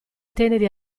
teneri